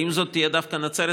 האם זאת תהיה דווקא נצרת?